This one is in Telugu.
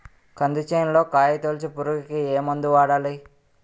కంది చేనులో కాయతోలుచు పురుగుకి ఏ మందు వాడాలి?